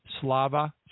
Slava